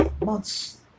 months